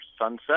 sunset